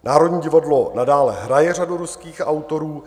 Národní divadlo nadále hraje řadu ruských autorů.